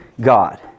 God